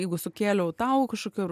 jeigu sukėliau tau kažkokių ar